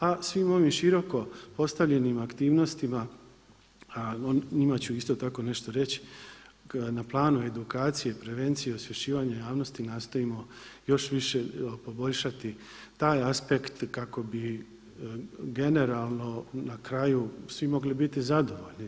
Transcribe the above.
A svim ovim široko postavljenim aktivnostima, a o njima ću isto tako nešto reći, na planu edukacije, prevencije, osvješćivanja javnosti nastojimo još više poboljšati taj aspekt kako bi generalno na kraju svi mogli biti zadovoljni.